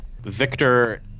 Victor